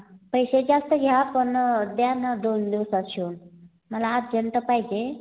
पैसे जास्त घ्या पण द्या ना दोन दिवसात शिवून मला अर्जंट पाहिजे